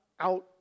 out